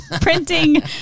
printing